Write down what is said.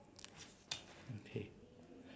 okay